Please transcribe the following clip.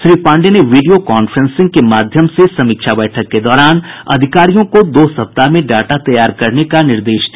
Shri Pandey video वीडियो कांफ्रेंसिंग के माध्यम से समीक्षा बैठक के दौरान अधिकारियों को दो सप्ताह में डाटा तैयार करने का निर्देश दिया